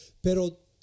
Pero